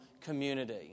community